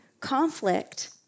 Conflict